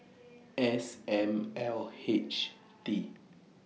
S M L H T